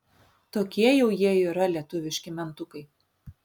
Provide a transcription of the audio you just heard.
tokie jau jie yra lietuviški mentukai